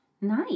Nice